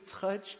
touch